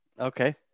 Okay